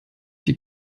die